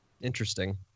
Interesting